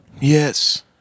Yes